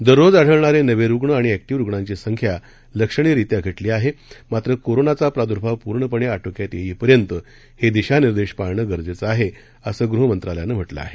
दररोज आढळणारे नवे रुग्ण आणि अख्टीव्ह रुग्णांची संख्या लक्षणीयरित्या घटली आहे मात्र कोरोनाचा प्रादु्भाव पूर्णपणे आटोक्यात येईपर्यंत हे दिशानिदेंश पाळणं गरजेचं आहे असं गृहमंत्रालयानं म्हटलं आहे